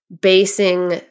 basing